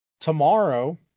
Tomorrow